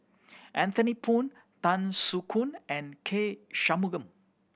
Anthony Poon Tan Soo Khoon and K Shanmugam